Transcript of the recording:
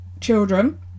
children